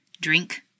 Drink